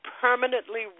permanently